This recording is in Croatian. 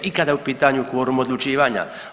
i kada je u pitanju kvorum odlučivanja.